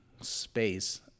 space